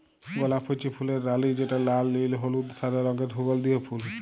গলাপ হচ্যে ফুলের রালি যেটা লাল, নীল, হলুদ, সাদা রঙের সুগন্ধিও ফুল